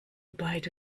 beide